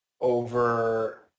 over